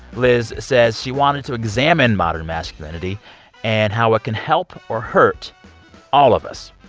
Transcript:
liz says she wanted to examine modern masculinity and how it can help or hurt all of us.